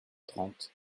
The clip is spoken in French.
trente